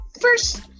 first